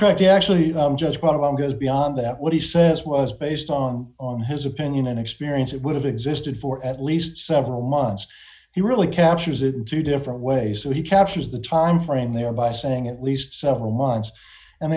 correct actually just problem goes beyond that what he says was based on on his opinion and experience it would have existed for at least several months he really captures it in two different ways so he captures the time frame there by saying at least several months and